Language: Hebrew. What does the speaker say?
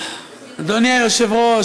אדוני היושב-ראש,